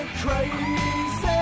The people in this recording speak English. crazy